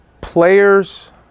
players